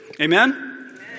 Amen